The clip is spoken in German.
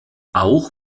auch